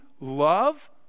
love